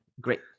Great